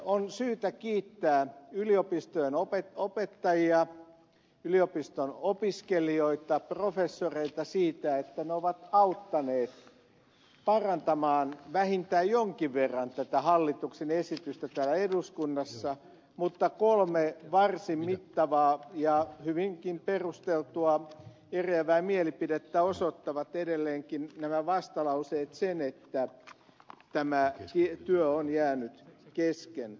on syytä kiittää yliopistojen opettajia yliopiston opiskelijoita professoreita siitä että ne ovat auttaneet parantamaan vähintään jonkin verran tätä hallituksen esitystä täällä eduskunnassa mutta kolme varsin mittavaa ja hyvinkin perusteltua eriävää mielipidettä nämä vastalauseet osoittavat edelleenkin sen että tämä työ on jäänyt kesken